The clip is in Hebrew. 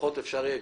לפחות אפשר יהיה,